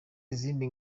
izindi